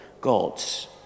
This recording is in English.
gods